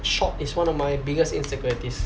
short is one of my biggest insecurities